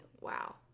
Wow